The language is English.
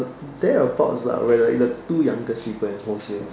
there are pouts lah we're like the two youngest people in wholesale